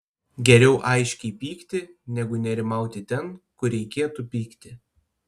geriau aiškiai pykti negu nerimauti ten kur reikėtų pykti